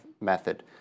method